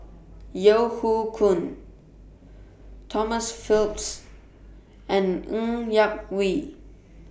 Yeo Hoe Koon Tom Phillips and Ng Yak Whee